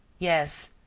yes,